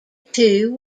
two